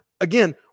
again